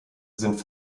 sind